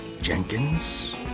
Jenkins